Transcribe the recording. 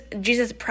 Jesus